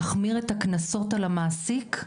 להחמיר את הקנסות על המעסיק,